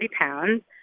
pounds